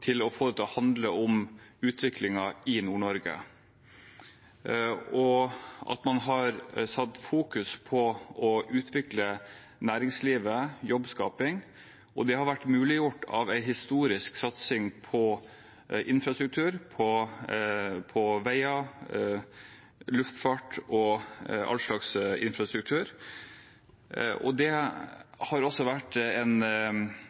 til å få det til å handle om utviklingen i Nord-Norge, og at man har fokusert på å utvikle næringslivet og skape jobber. Det har vært muliggjort av en historisk satsing på infrastruktur – veier, luftfart, ja, all slags infrastruktur. Det har også vært en